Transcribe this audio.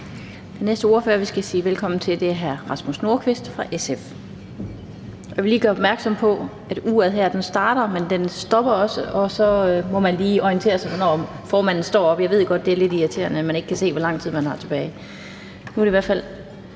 Stampe. Der er ikke flere korte bemærkninger. Jeg vil lige gøre opmærksom på, at uret her starter, men det stopper også, og man må lige orientere sig, når formanden står op. Jeg ved godt, det er lidt irriterende, at man ikke kan se, hvor lang tid man har tilbage. Den næste ordfører,